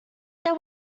there